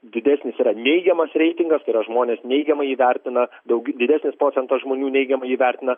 didesnis yra neigiamas reitingas tai yra žmonės neigiamai jį vertina daug didesnis procentas žmonių neigiamai jį vertina